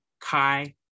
Kai